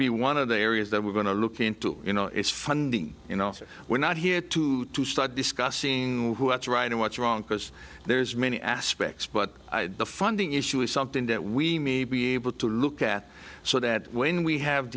be one of the areas that we're going to look into you know is funding you know we're not here to start discussing who has right or what's wrong because there's many aspects but the funding issue is something that we may be able to look at so that when we have